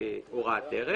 הוראת דרך.